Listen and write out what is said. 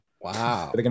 Wow